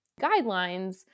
guidelines